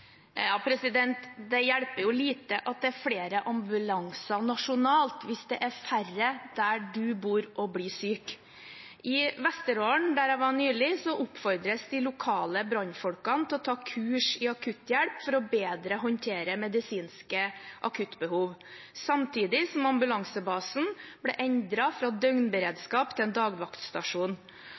Det hjelper lite at det er flere ambulanser nasjonalt, hvis det er færre der en bor og blir syk. I Vesterålen, der jeg var nylig, oppfordres de lokale brannfolkene til å ta kurs i akutthjelp for bedre å håndtere medisinske akuttbehov, samtidig som ambulansebasen ble endret fra å ha døgnberedskap til å være en dagvaktstasjon.